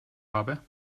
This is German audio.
habe